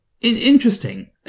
interesting